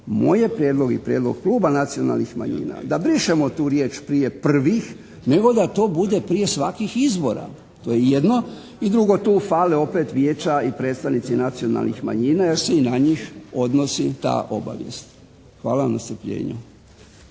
Moj je prijedlog i prijedlog kluba Nacionalnih manjina da brišemo tu riječ: "prije prvih" nego da to bude prije svakih izbora. To je jedno. I drugo, tu fale opet vijeća i predstavnici nacionalnih manjina, jer se i na njih odnosi ta obavijest. Hvala vam na strpljenju.